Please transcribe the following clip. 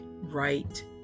right